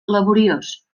laboriós